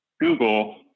Google